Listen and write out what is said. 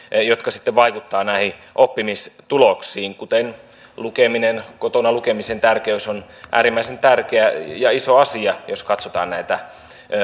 jotka sitten vaikuttavat näihin oppimistuloksiin kuten lukeminen kotona lukemisen tärkeys on äärimmäisen tärkeä ja iso asia jos katsotaan näitä